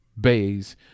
Bays